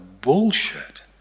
bullshit